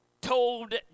told